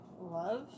Love